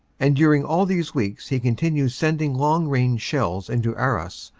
and during all these weeks he continues sending long range shells into arras,